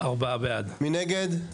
מי נגד?